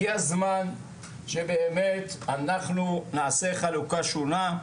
הגיעה הזמן שאנחנו נעשה חלוקה שונה,